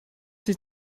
dich